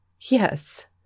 Yes